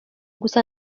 gusa